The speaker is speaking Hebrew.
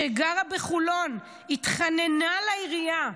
שגרה בחולון, התחננה לעירייה,